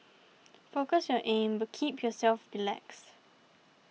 focus on your aim but keep yourself relaxed